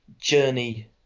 journey